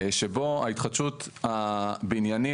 שבו ההתחדשות הבניינית,